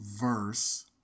verse